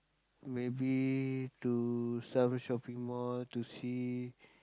maybe to some shopping mall to see